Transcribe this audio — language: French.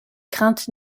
craintes